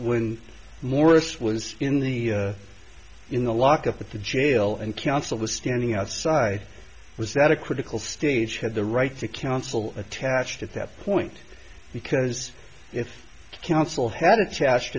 when morris was in the in the lock up at the jail and counsel was standing outside was that a critical stage had the right to counsel attached at that point because if counsel had attached